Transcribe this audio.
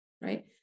right